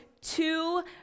two